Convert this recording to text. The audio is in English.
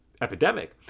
epidemic